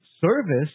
service